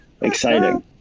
exciting